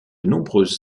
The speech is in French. nombreuses